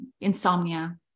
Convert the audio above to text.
insomnia